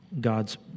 God's